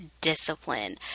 discipline